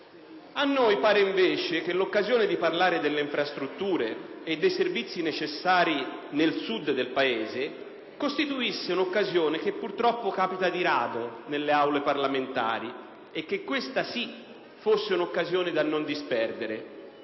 A noi pare invece che l'occasione di parlare delle infrastrutture e dei servizi necessari nel Sud del Paese costituisse un'occasione che purtroppo capita di rado nelle Aule parlamentari e che questa, sì, fosse una occasione da non disperdere.